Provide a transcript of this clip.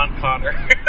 Connor